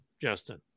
Justin